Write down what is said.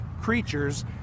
creatures